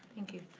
thank you.